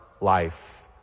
life